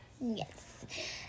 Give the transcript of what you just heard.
Yes